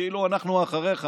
כאילו: אנחנו אחריך,